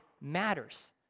matters